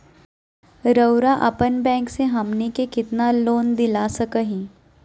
रउरा अपन बैंक से हमनी के कितना लोन दिला सकही?